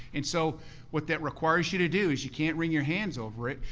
and so what that requires you to do is you can't wring your hands over it.